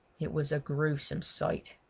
it was a gruesome sight.